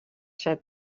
set